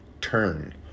turn